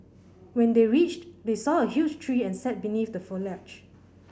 when they reached they saw a huge tree and sat beneath the foliage